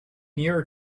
nearer